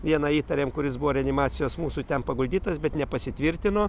vieną įtarėm kuris buvo reanimacijos mūsų ten paguldytas bet nepasitvirtino